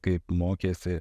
kaip mokėsi